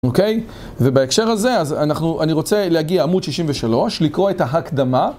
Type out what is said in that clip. אוקיי, ובהקשר הזה אני רוצה להגיע לעמוד 63, לקרוא את ההקדמה.